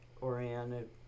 oriented